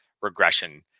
regression